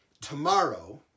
Tomorrow